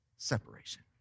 Separation